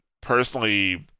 Personally